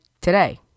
today